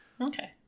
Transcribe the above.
Okay